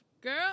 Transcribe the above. girl